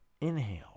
inhale